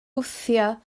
wthio